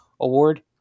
award